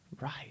Right